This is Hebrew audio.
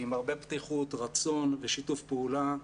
עם הרבה פתיחות רצון ושיתוף פעולה,